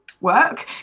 work